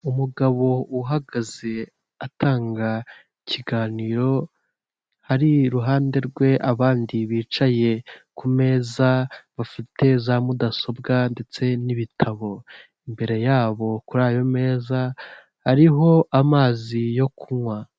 Umugabo uhagaze atanga ikiganiro, har’iruhande rwe abandi bicaye ku meza bafite za mudasobwa ndetse n'ibitabo, imbere yabo kur’ayo meza hariho amazi yo kunywa.